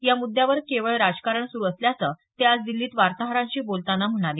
या मुद्यावर केवळ राजकारण सुरु असल्याचं ते आज दिछीत वार्ताहरांशी बोलताना म्हणाले